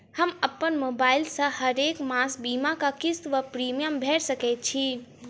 हम अप्पन मोबाइल सँ हरेक मास बीमाक किस्त वा प्रिमियम भैर सकैत छी?